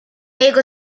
jego